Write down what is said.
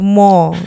more